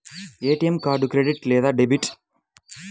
ATM card credit లేదా debit?